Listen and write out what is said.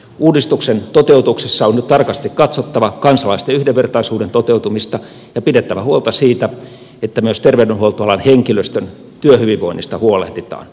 uudistuksen toteutuksessa on nyt tarkasti katsottava kansalaisten yhdenvertaisuuden toteutumista ja pidettävä huolta siitä että myös terveydenhuoltoalan henkilöstön työhyvinvoinnista huolehditaan